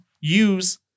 use